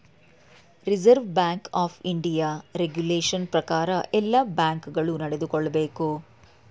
reserve Bank of India regulation ಪ್ರಕಾರ ಎಲ್ಲ ಬ್ಯಾಂಕ್ ಗಳು ನಡೆದುಕೊಳ್ಳಬೇಕು